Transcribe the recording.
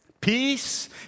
peace